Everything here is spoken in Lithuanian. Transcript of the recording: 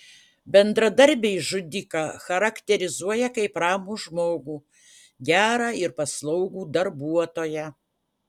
bendradarbiai žudiką charakterizuoja kaip ramų žmogų gerą ir paslaugų darbuotoją